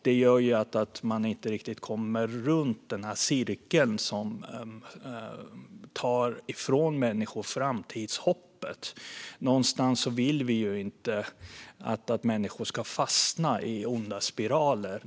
Det gör att man inte riktigt kommer runt den cirkel som tar ifrån människor framtidshoppet. Vi vill ju inte att människor ska fastna i onda spiraler.